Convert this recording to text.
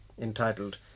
entitled